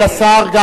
יכול גם השר.